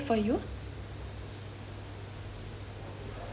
ah will